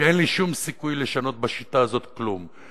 שאין לי שום סיכוי לשנות בשיטה הזאת כלום,